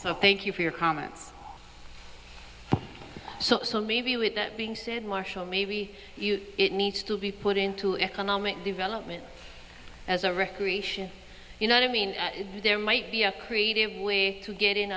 so thank you for your comments so with that being said marshall maybe it needs to be put into economic development as a recreation you know i mean there might be a creative way to get in